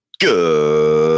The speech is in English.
Good